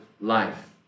life